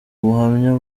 buhamya